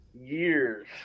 years